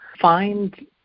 find